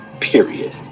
Period